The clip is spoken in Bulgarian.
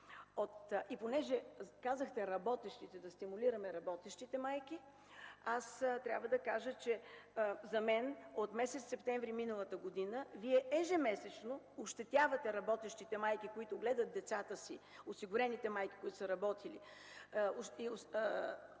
Понеже казахте „да стимулираме работещите майки”, аз трябва да кажа, че за мен от месец септември миналата година Вие ежемесечно ощетявате работещите майки, които гледат децата си, които са работили.